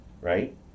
right